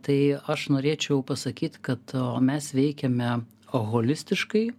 tai aš norėčiau pasakyt kad o mes veikiame holistiškai